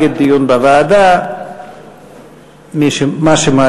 ומי שיצביע נגד,